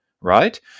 right